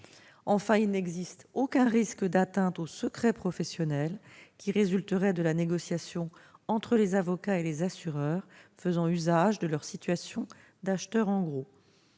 il n'existe aucun risque d'atteinte au secret professionnel qui résulterait de la négociation entre les avocats et les assureurs, faisant usage de leur situation d'acheteurs en gros.